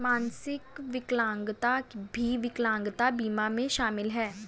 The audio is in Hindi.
मानसिक विकलांगता भी विकलांगता बीमा में शामिल हैं